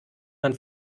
man